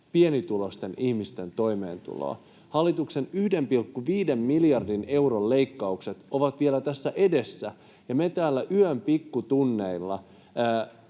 pienituloisten ihmisten toimeentuloon. Hallituksen 1,5 miljardin euron leikkaukset ovat vielä tässä edessä, ja me täällä yön pikkutunneilla